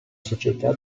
società